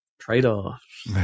trade-offs